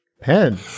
pen